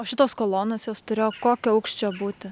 o šitos kolonos jos turėjo kokio aukščio būti